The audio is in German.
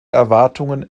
erwartungen